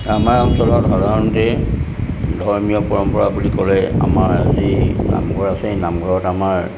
আমাৰ অঞ্চলত সাধাৰণতে ধৰ্মীয় পৰম্পৰা বুলি ক'লে আমাৰ যি নামঘৰ আছে নামঘৰত আমাৰ